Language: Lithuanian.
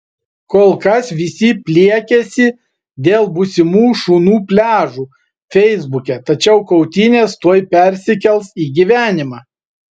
kol kas visi pliekiasi dėl būsimų šunų pliažų feisbuke tačiau kautynės tuoj persikels į gyvenimą